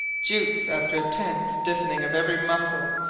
jukes, after a tense stiffening of every muscle,